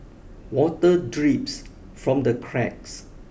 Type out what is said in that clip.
water drips from the cracks